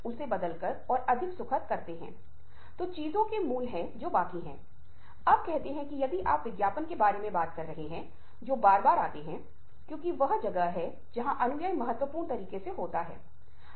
आप जानकारी लेने के लिए सुन सकते हैं आप विशिष्ट भावनाओं को जानने के लिए सुन सकते हैं तो आप स्पष्ट रूप से इस बात को रेखांकित करिये की कुछ अनचाही आवाज़ें आपके कानो में जाएँगी ही